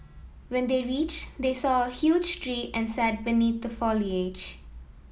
when they reached they saw a huge tree and sat beneath the foliage